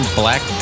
black